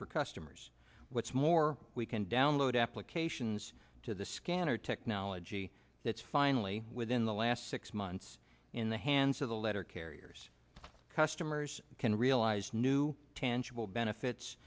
for customers what's more we can download applications to the scanner technology that's finally within the last six months in the hands of the letter carriers customers can realize new tangible benefits